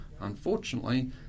unfortunately